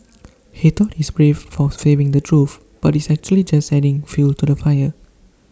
he thought he's brave for saying the truth but he's actually just adding fuel to the fire